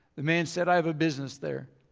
the man said i have a business there.